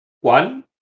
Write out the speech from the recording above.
one